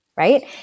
Right